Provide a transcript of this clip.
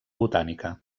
botànica